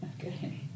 Okay